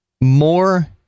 more